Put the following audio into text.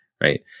Right